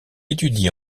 étudie